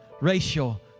racial